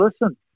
listen